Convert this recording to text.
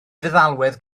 feddalwedd